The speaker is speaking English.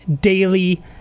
daily